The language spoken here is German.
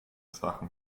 sachen